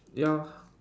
ya